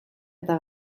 eta